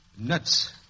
nuts